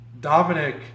Dominic